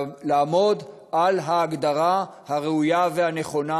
לעמוד על ההגדרה הראויה והנכונה,